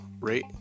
rate